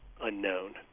unknown